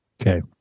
Okay